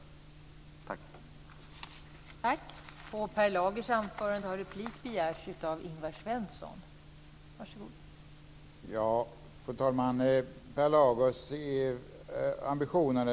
Tack!